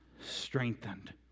strengthened